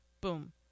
Boom